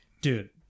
dude